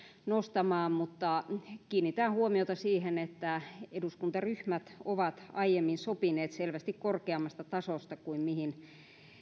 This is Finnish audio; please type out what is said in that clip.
nostamaan mutta kiinnitän huomiota siihen että eduskuntaryhmät ovat aiemmin sopineet selvästi korkeammasta tasosta kuin mihin